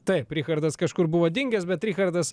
taip richardas kažkur buvo dingęs bet richardas